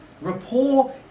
Rapport